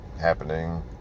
happening